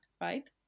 Right